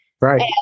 Right